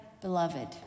beloved